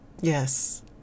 Yes